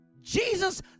Jesus